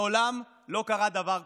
מעולם לא קרה דבר כזה.